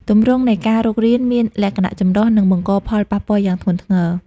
ទម្រង់នៃការរុករានមានលក្ខណៈចម្រុះ និងបង្កផលប៉ះពាល់យ៉ាងធ្ងន់ធ្ងរ។